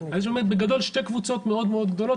אז יש שם בגדול שתי קבוצות מאוד-מאוד גדולות,